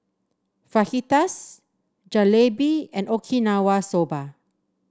Fajitas Jalebi and Okinawa Soba